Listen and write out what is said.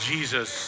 Jesus